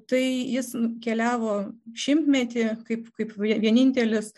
tai jis nukeliavo šimtmetį kaip kaip vienintelis